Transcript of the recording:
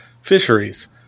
fisheries